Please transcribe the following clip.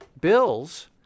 bills